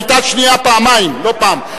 היתה שנייה פעמיים ולא פעם.